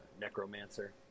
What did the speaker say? Necromancer